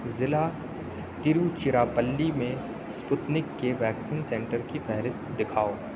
ضلع تروچیراپلی میں اسپوتنک کے سینٹر کی فہرست دکھاؤ